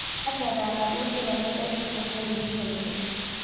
आज बजार म दूद ले बने कई किसम के जिनिस मिलथे